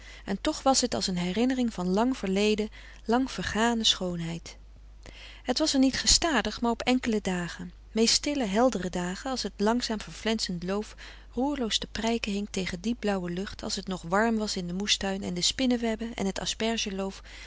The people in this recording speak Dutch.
en toch was het als een herinnering van lang verleden lang vergane schoonheid het was er niet gestadig maar op enkele dagen meest stille heldere dagen als het langzaam verflensend loof roerloos te prijken hing tegen diep blauwe lucht als het nog warm was in den moestuin en de spinnewebben en het